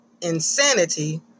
insanity